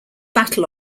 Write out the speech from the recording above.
battle